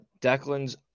Declan's